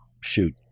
shoot